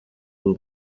uwo